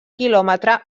quilòmetre